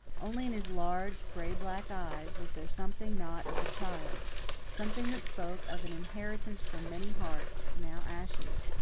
only in his large, gray-black eyes was there something not of the child something that spoke of an inheritance from many hearts, now ashes,